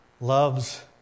loves